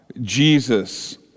Jesus